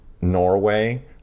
Norway